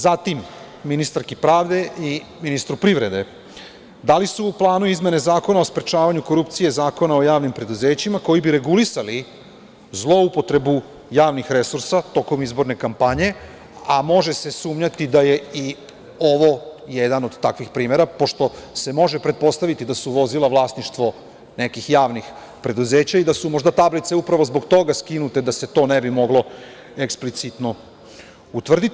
Zatim, ministarka pravde i ministar privrede, da li su u planu izmene Zakona o sprečavanju korupcije, Zakona o javnim preduzećima koji bi regulisali zloupotrebu javnih resursa tokom izborne kampanje, a može se sumnjati da je i ovo jedan od takvih primera, pošto se može pretpostaviti da su vozila vlasništvo nekih javnih preduzeća i da su možda tablice upravo zbog toga skinute, pa da se ne bi moglo eksplicitno utvrditi?